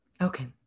Okay